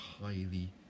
highly